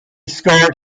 scored